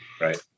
Right